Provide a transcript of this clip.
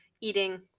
eating